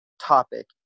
topic